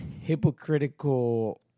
hypocritical